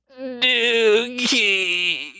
dookie